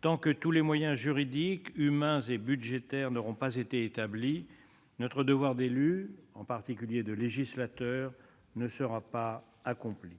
Tant que tous les moyens juridiques, humains et budgétaires n'auront pas été établis, notre devoir d'élus, en particulier de législateurs, ne sera pas accompli.